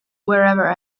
wherever